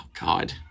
God